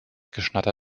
geschnatter